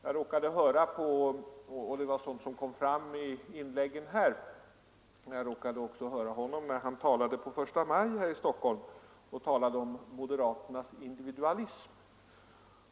Jag råkade också höra honom när han på första maj här i Stockholm talade om moderaternas individualism.